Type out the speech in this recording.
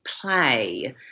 play